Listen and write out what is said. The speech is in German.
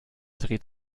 dreht